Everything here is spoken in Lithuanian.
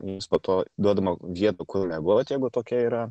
jiems po to duodama vieta kur miegoti jeigu tokia yra